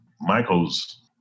Michael's